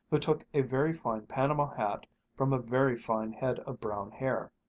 who took a very fine panama hat from a very fine head of brown hair,